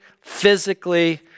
physically